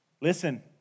Listen